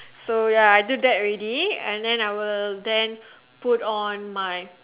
so ya I do that already and then I will then put on my